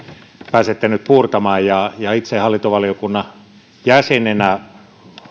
pääsette nyt puurtamaan itse hallintovaliokunnan jäsenenä